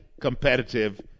competitive